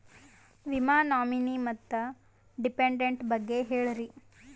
ವಿಮಾ ನಾಮಿನಿ ಮತ್ತು ಡಿಪೆಂಡಂಟ ಬಗ್ಗೆ ಹೇಳರಿ?